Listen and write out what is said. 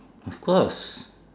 of course